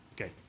Okay